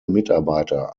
mitarbeiter